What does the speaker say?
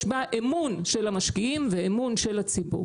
בה אמון של המשקיעים ואמון של הציבור.